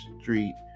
street